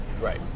Right